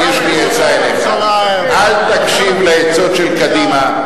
יש לי עצה אליך: אל תקשיב לעצות של קדימה,